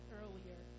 earlier